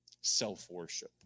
self-worship